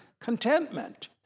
contentment